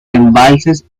embalses